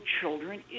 children